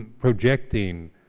projecting